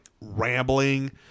rambling